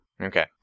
Okay